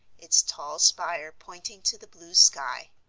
its tall spire pointing to the blue sky.